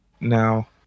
Now